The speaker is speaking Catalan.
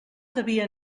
devia